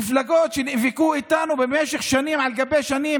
מפלגות שנאבקו איתנו במשך שנים על גבי שנים,